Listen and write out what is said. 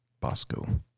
Bosco